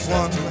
one